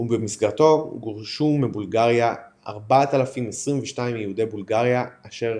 ובמסגרתו גורשו מבולגריה 4,022 מיהודי בולגריה אשר